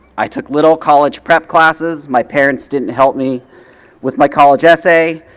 i took little college prep classes. my parents didn't help me with my college essay.